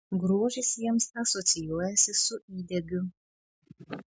grožis jiems asocijuojasi su įdegiu